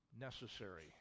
necessary